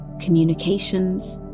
communications